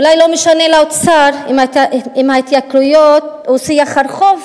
אולי לא משנה לאוצר אם ההתייקרויות הן שיח הרחוב,